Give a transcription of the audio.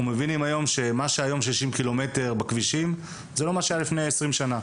אנחנו יודעים שמה שהיום 60 ק"מ בכבישים זה לא מה שהיה לפני 20 שנים.